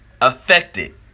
affected